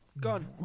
Gun